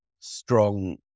strong